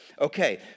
okay